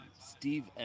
Steve